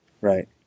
Right